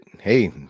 hey